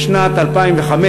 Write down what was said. בשנת 2005,